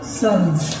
sons